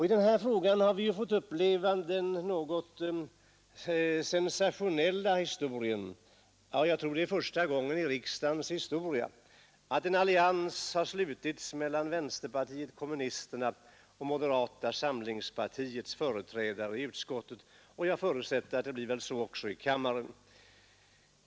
I den här frågan har vi fått uppleva det sensationella — jag tror det är första gången i riksdagens historia — att en allians har slutits mellan vänsterpartiet kommunisterna och moderata samlingspartiets företrädare i utskottet. Jag förutsätter att det blir så också i kammaren.